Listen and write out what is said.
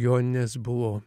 joninės buvo